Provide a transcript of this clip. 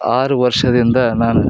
ಆರು ವರ್ಷದಿಂದ ನಾನು